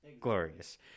glorious